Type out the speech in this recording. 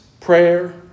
prayer